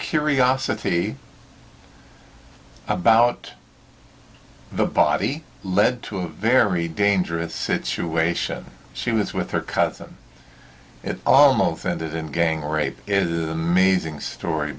curiosity about the body led to a very dangerous situation she was with her cousin almost and the gang rape is amazing story